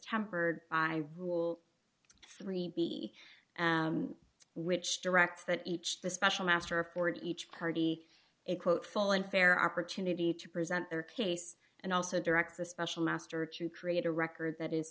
tempered i rule three b which directs that each the special master afford each party a quote full and fair opportunity to present their case and also directs the special master to create a record that is